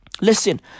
Listen